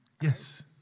Yes